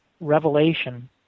revelation